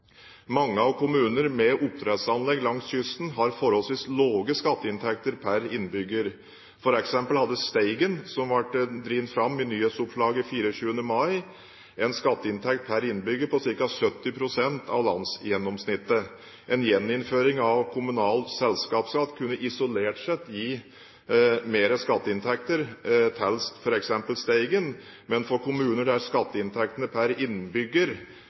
med oppdrettsanlegg langs kysten har forholdsvis lave skatteinntekter per innbygger. For eksempel hadde Steigen, som ble trukket fram i nyhetsoppslaget 24. mai, en skatteinntekt per innbygger på ca. 70 pst. av landsgjennomsnittet. En gjeninnføring av kommunal selskapsskatt kunne isolert sett gi mer skatteinntekter til f.eks. Steigen, men for kommuner der skatteinntektene per innbygger